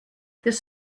this